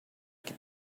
que